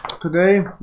today